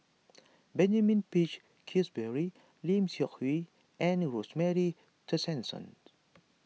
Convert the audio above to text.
Benjamin Peach Keasberry Lim Seok Hui and Rosemary Tessensohn